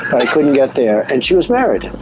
i couldn't get there. and she was married.